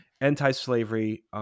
anti-slavery